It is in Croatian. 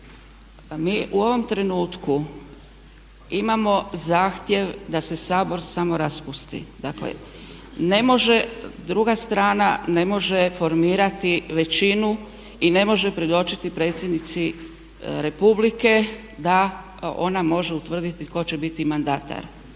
mi u ovom trenutku imamo zahtjev da se Sabor samo raspusti. Dakle, ne može druga strana formirati većinu i ne može predočiti predsjednici Republike da ona može utvrditi tko će biti mandatar